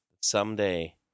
someday